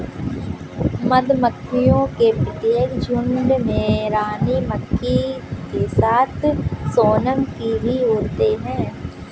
मधुमक्खियों के प्रत्येक झुंड में रानी मक्खी के साथ सोनम की भी होते हैं